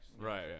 Right